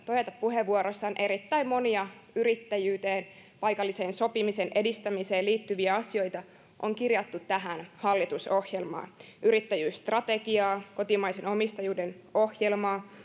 todeta puheenvuorossaan erittäin monia yrittäjyyteen paikallisen sopimisen edistämiseen liittyviä asioita on kirjattu tähän hallitusohjelmaan yrittäjyysstrategiaa kotimaisen omistajuuden ohjelmaa